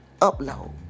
upload